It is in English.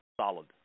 solid